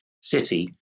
city